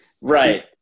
right